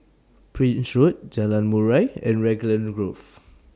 Prince Road Jalan Murai and Raglan Grove